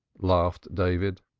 laughed david,